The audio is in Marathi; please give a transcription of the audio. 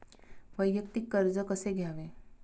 वैयक्तिक कर्ज कसे घ्यावे?